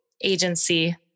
agency